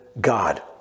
God